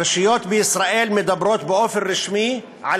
הרשויות בישראל מדברות באופן רשמי על